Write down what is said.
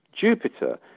Jupiter